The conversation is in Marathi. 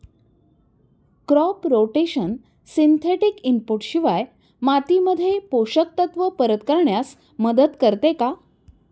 क्रॉप रोटेशन सिंथेटिक इनपुट शिवाय मातीमध्ये पोषक तत्त्व परत करण्यास मदत करते का?